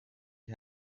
die